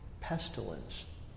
pestilence